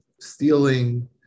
stealing